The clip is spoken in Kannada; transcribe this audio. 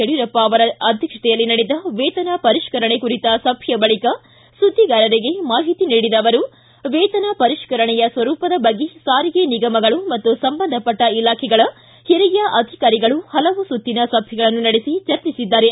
ಯಡಿಯೂರಪ್ಪ ಅವರ ಅಧ್ಯಕ್ಷತೆಯಲ್ಲಿ ನಡೆದ ವೇತನ ಪರಿಷ್ಠರಣೆ ಕುರಿತ ಸಭೆಯ ಬಳಿಕ ಸುದ್ದಿಗಾರರಿಗೆ ಮಾಹಿತಿ ನೀಡಿದ ಅವರು ವೇತನ ಪರಿಷ್ಠರಣೆಯ ಸ್ವರೂಪದ ಬಗ್ಗೆ ಸಾರಿಗೆ ನಿಗಮಗಳು ಮತ್ತು ಸಂಬಂಧಪಟ್ಟ ಇಲಾಖೆಗಳ ಹಿರಿಯ ಅಧಿಕಾರಿಗಳು ಹಲವು ಸುತ್ತಿನ ಸಭೆಗಳನ್ನು ನಡೆಸಿ ಚರ್ಚಿಸಿದ್ದಾರೆ